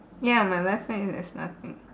ya my left hand there's nothing